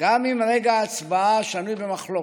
גם אם רגע ההצבעה שנוי במחלוקת.